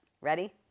Ready